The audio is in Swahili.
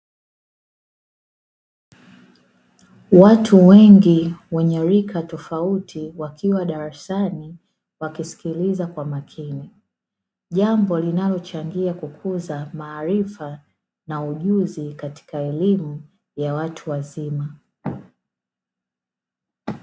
Watu wengi wenye rika tofauti wakiwa darasani wakisikiliza kwa makini, jambo linalochangia kukuza maarifa na ujuzi katika elimu ya watu wazima.